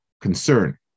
concern